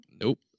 Nope